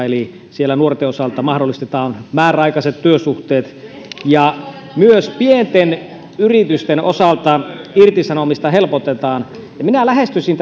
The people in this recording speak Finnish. eli nuorten osalta mahdollistetaan määräaikaiset työsuhteet ja myös pienten yritysten osalta irtisanomista helpotetaan minä lähestyisin